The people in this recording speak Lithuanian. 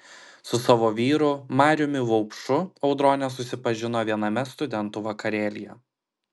su savo vyru mariumi vaupšu audronė susipažino viename studentų vakarėlyje